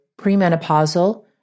premenopausal